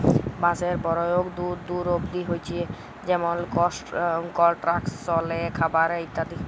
বাঁশের পরয়োগ দূর দূর অব্দি হছে যেমল কলস্ট্রাকশলে, খাবারে ইত্যাদি